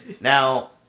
Now